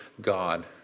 God